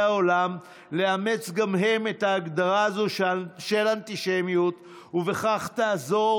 העולם לאמץ גם הם את ההגדרה הזאת של אנטישמיות ובכך תעזור